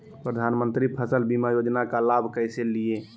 प्रधानमंत्री फसल बीमा योजना का लाभ कैसे लिये?